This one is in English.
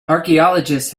archaeologists